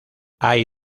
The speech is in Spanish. hay